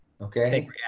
okay